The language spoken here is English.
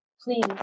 Please